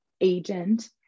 agent